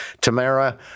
Tamara